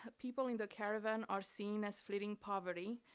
ah people in the caravan are seen as fleeing poverty,